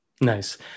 Nice